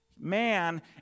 man